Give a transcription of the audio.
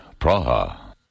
Praha